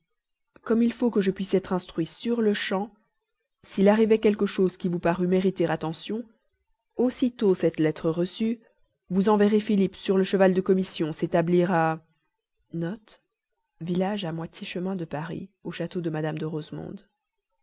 comme il faut que je puisse être instruit sur-le-champ s'il arrivait quelque chose qui vous parût mériter attention aussitôt cette lettre reçue vous enverrez philippe sur le cheval de commission s'établir à